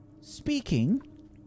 speaking